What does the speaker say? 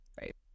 Right